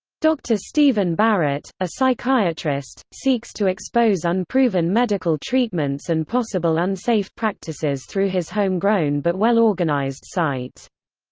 dr. stephen barrett, a psychiatrist, seeks to expose unproven medical treatments and possible unsafe practices through his homegrown but well-organized site.